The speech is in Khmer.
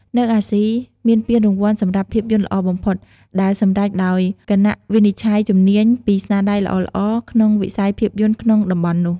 នៅអាស៊ី មានពានរង្វាន់សម្រាប់ភាពយន្តល្អបំផុត ដែលសម្រេចដោយគណៈវិនិច្ឆ័យជំនាញ ពីស្នាដៃល្អៗក្នុងវិស័យភាពយន្តក្នុងតំបន់នោះ។